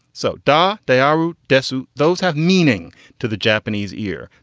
so dark. they are desolate. those have meaning to the japanese ear.